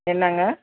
என்னங்க